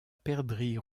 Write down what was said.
perdrix